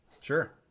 Sure